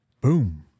boom